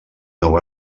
nou